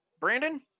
Brandon